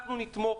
אנחנו נתמוך,